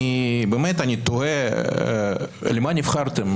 אני תוהה, למה נבחרתם?